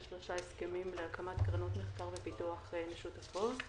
שלושה הסכמים להקמת קרנות מחקר ופיתוח משותפות.